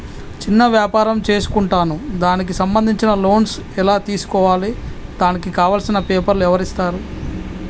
చిన్న వ్యాపారం చేసుకుంటాను దానికి సంబంధించిన లోన్స్ ఎలా తెలుసుకోవాలి దానికి కావాల్సిన పేపర్లు ఎవరిస్తారు?